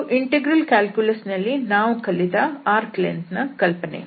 ಇದು integral calculus ನಲ್ಲಿ ನಾವು ಕಲಿತ ಕರ್ವ್ನ ಉದ್ದ ದ ಕಲ್ಪನೆ